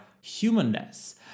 humanness